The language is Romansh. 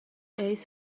eis